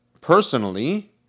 personally